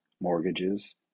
mortgages